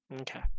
Okay